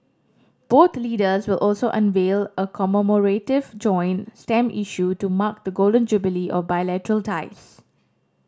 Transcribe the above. both leaders will also unveil a commemorative joint stamp issue to mark the golden jubilee of bilateral ties